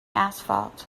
asphalt